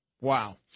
Wow